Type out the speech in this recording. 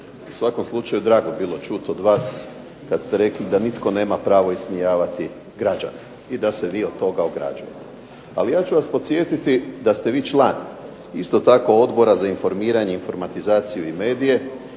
u svakom slučaju drago bilo čuti od vas kad ste rekli da nitko nema pravo ismijavati građane i da se vi od toga ograđujete. Ali ja ću vas podsjetiti da ste vi član isto tako Odbora za informiranje, informatizaciju i medije